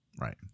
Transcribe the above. Right